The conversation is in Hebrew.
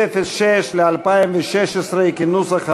06 ל-2016, כנוסח הוועדה.